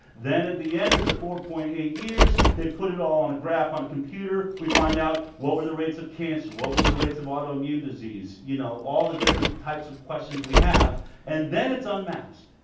then at the end of the four point eight years they put it all on a graph on a computer, we find out what were the rates of cancer, what were the rates of autoimmune disease, you know, all the different types of questions we have and then it's unmasked.